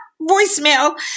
voicemail